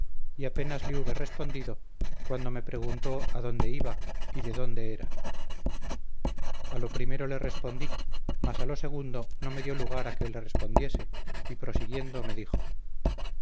y apenas le hube respondido cuando me preguntó adónde iba y de dónde era a lo primero le respondí mas a lo segundo no me dió lugar a que le respondiese y prosiguiendo me dijo